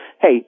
hey